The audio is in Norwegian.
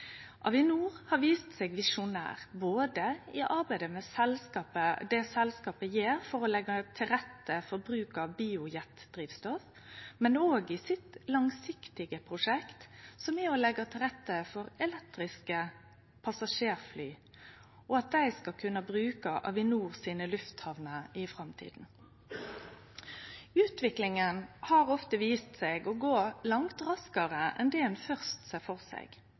Avinor har vist seg visjonær både i arbeidet som selskapet gjer for å leggje til rette for bruk av biojetdrivstoff, og i sitt langsiktige prosjekt, som er å leggje til rette for elektriske passasjerfly og at dei skal kunne bruke lufthamnene til Avinor i framtida. Utviklinga har ofte vist seg å gå langt raskare enn det ein først ser føre seg. Ta f.eks. elbilar og autonome køyretøy, som begge for